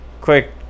quick